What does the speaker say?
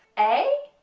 a